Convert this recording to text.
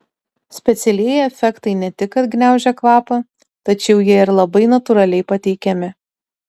specialieji efektai ne tik kad gniaužia kvapą tačiau jie ir labai natūraliai pateikiami